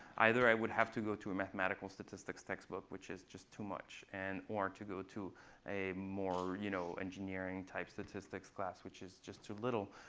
either i would have to go to a mathematical statistics textbook, which is just too much, and or to go to a more you know engineering-type statistics class, which is just too little.